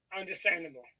Understandable